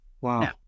Wow